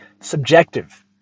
subjective